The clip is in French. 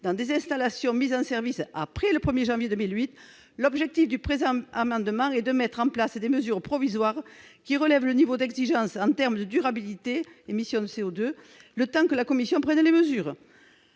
dans des installations mises en service après le 1 janvier 2008, l'objet de cet amendement est de mettre en place des mesures provisoires visant à relever le niveau d'exigence en termes de durabilité- émissions de CO2 -le temps que la Commission prenne les mesures